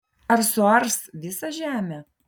ar suars visą žemę